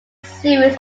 series